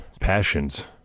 passions